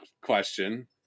question